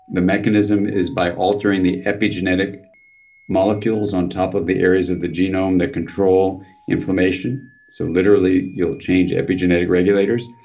the mechanism is by altering the epigenetic molecules on top of the areas of the genome that control inflammation so literally, you'll change epigenetic regulators.